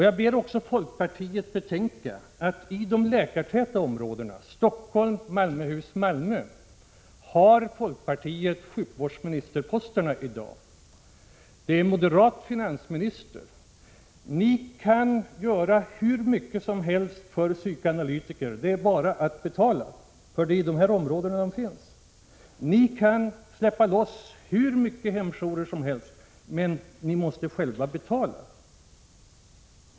Jag ber också folkpartiet betänka att folkpartiet har sjukvårdsministerposterna i de läkartäta områdena Stockholm och Malmöhus län, medan moderaterna har ansvaret för finanserna. Ni kan göra hur mycket som helst för psykoanalytikerna — det är bara att betala, eftersom de finns i dessa områden. Ni kan släppa loss hur många hemjourer som helst, men ni måste själva betala.